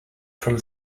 from